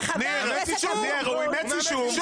הוא אימץ יישוב.